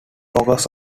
focus